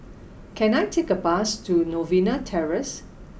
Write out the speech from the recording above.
can I take a bus to Novena Terrace